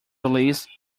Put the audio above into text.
released